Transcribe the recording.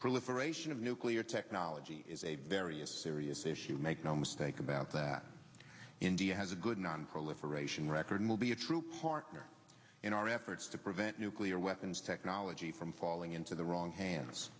proliferation of nuclear technology is a very a serious issue make no mistake about that india has a good nonproliferation record will be a true partner in our efforts to prevent nuclear weapons technology from falling into the wrong hands